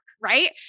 Right